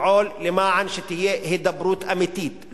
לפעול כדי שתהיה הידברות אמיתית,